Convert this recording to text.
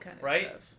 right